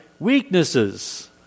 Weaknesses